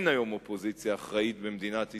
לצערי אין היום אופוזיציה אחראית במדינת ישראל.